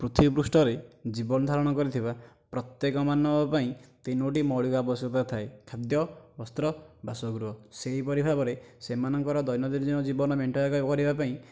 ପୃଥିବୀ ପୃଷ୍ଠରେ ଜୀବନ ଧାରଣ କରିଥିବା ପ୍ରତ୍ୟେକ ମାନବ ପାଇଁ ତିନୋଟି ମୌଳିକ ଆବଶ୍ୟକତା ଥାଏ ଖାଦ୍ୟ ବସ୍ତ୍ର ବାସଗୃହ ସେହିପରି ଭାବରେ ସେମାନଙ୍କର ଦୈନନ୍ଦିନ ଜୀବନ ମେଣ୍ଟେଇବା କରିବା ପାଇଁ